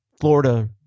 Florida